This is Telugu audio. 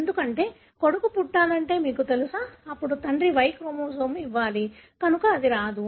ఎందుకంటే కొడుకు పుట్టాలంటే మీకు తెలుసా అప్పుడు తండ్రి Y క్రోమోజోమ్ ఇవ్వాలి కనుక అది రాదు